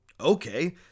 okay